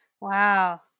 Wow